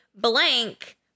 Blank